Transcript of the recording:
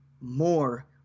more